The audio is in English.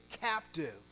captive